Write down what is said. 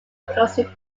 closing